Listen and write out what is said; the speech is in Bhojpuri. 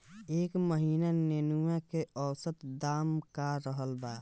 एह महीना नेनुआ के औसत दाम का रहल बा?